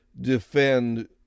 defend